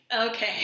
Okay